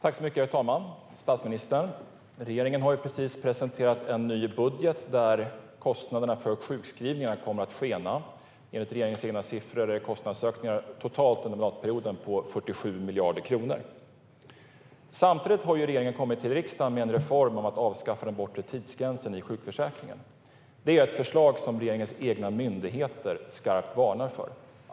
Herr talman! Statsministern! Regeringen har precis presenterat en ny budget, och kostnaderna för sjukskrivningarna kommer att skena. Enligt regeringens egna siffror är kostnadsökningarna totalt under mandatperioden på 47 miljarder kronor. Samtidigt har regeringen kommit till riksdagen med en reform om att avskaffa den bortre tidsgränsen i sjukförsäkringen. Det är ett förslag som regeringens egna myndigheter skarpt varnar för.